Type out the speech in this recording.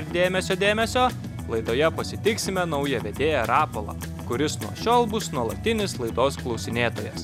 dėmesio dėmesio laidoje pasitiksime naują vedėją rapolą kuris nuo šiol bus nuolatinis laidos klausinėtojas